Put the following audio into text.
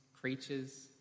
creatures